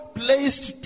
placed